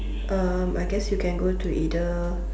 um I guess you can go to either